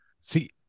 see